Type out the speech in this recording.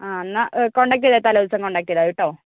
ആ എന്നാൽ കോൺടാക്ട് ചെയ്താൽ തലേദിവസം കോൺടാക്ട് ചെയ്താൽമതി കേട്ടോ